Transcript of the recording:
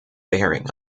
bearing